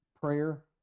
prayer